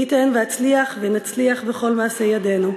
מי ייתן ואצליח ונצליח בכל מעשי ידינו.